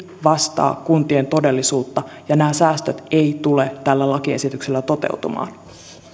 vastaa kuntien todellisuutta ja nämä säästöt eivät tule tällä lakiesityksellä toteutumaan